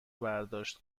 برداشت